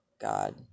God